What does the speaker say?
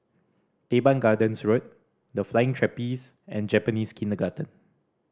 Teban Gardens Road The Flying Trapeze and Japanese Kindergarten